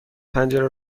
پنجره